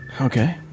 Okay